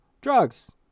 drugs